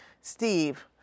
Steve